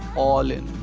all in.